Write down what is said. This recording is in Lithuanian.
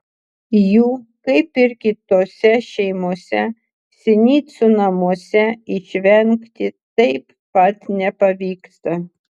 jų kaip ir kitose šeimose sinicų namuose išvengti taip pat nepavyksta